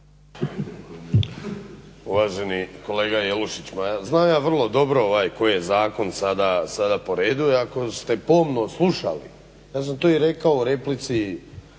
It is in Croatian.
Uvaženi kolega Jelušić pa znam ja vrlo dobro koji je zakon sada po redu i ako ste pomno slušali ja sam to i rekao u replici